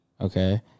Okay